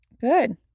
Good